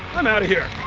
i'm out of here!